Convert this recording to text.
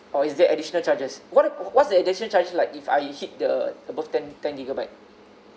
or is there additional charges what~ what's the additional charge like if I hit the above ten ten gigabyte